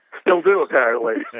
still do, apparently